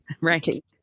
right